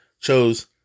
chose